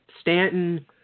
Stanton